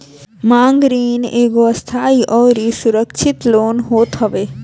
मांग ऋण एगो अस्थाई अउरी असुरक्षित लोन होत हवे